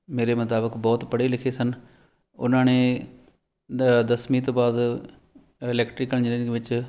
ਮੇਰੇ ਮੁਤਾਬਿਕ ਬਹੁਤ ਪੜ੍ਹੇ ਲਿਖੇ ਸਨ ਉਹਨਾਂ ਨੇ ਦਸਵੀਂ ਤੋਂ ਬਾਅਦ ਇਲੈਕਟ੍ਰੀਕਲ ਇੰਜੀਨੀਅਰਿੰਗ ਵਿੱਚ